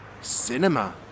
Cinema